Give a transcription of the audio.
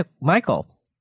Michael